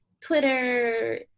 twitter